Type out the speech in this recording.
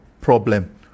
problem